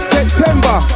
September